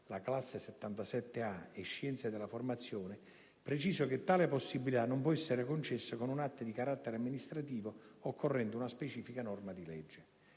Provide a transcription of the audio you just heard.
(classe 77/A) e scienze della formazione, preciso che tale possibilità non può essere concessa con un atto di carattere amministrativo, occorrendo una specifica norma di legge.